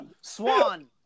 Swan